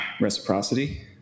reciprocity